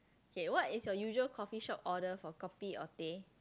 K what is your usual coffee shop order for kopi or teh